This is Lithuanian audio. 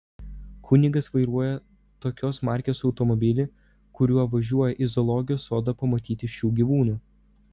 kunigas vairuoja tokios markės automobilį kuriuo važiuoja į zoologijos sodą pamatyti šių gyvūnų